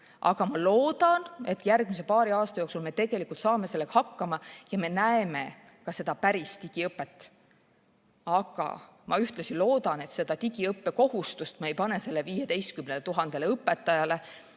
Aga ma loodan, et järgmise paari aasta jooksul me saame sellega hakkama ja me näeme ka seda päris digiõpet. Ma ühtlasi loodan, et seda digiõppekohustust ei pane me neile 15 000 õpetajale